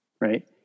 right